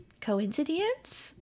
Coincidence